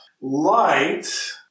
Light